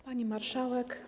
Pani Marszałek!